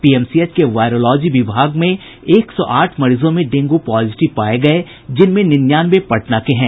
PMCH के virology विभाग में एक सौ आठ मरीजों में डेंगू पॉजेटिव पाये गये जिनमें निन्यानवे पटना के हैं